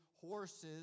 horses